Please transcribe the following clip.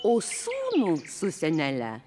o sūnų su senele